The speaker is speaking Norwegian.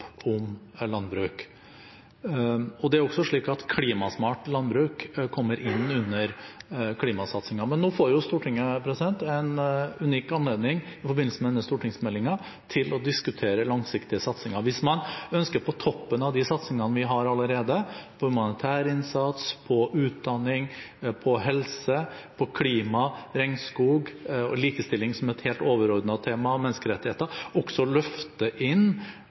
om landbruk. Klimasmart landbruk kommer også inn under klimasatsingen. Men nå får Stortinget en unik anledning – i forbindelse med denne stortingsmeldingen – til å diskutere langsiktige satsinger. Hvis man ønsker – på toppen av de satsingene vi har allerede, på humanitær innsats, på utdanning, på helse, på klima, regnskog og likestilling, som et helt overordnet tema, og på menneskerettigheter – å løfte inn